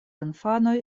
infanoj